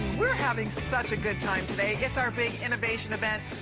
we're having such a good time today is our big innovation event.